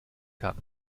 kann